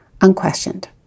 unquestioned